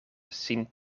sin